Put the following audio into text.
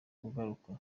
uragaruka